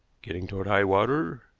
getting toward high water,